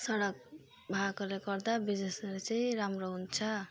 सडक भाएकोले गर्दा बिजनेसहरू चाहिँ राम्रो हुन्छ